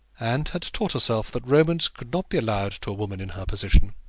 and had taught herself that romance could not be allowed to a woman in her position.